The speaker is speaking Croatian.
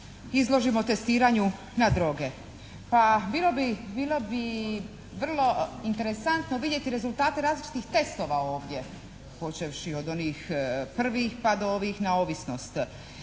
izložimo testiranju na droge. Pa, bilo bi vrlo interesantno vidjeti rezultate različitih testova ovdje počevši od onih prvih pa do ovih na ovisnost.